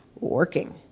working